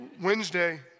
Wednesday